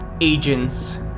agents